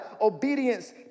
obedience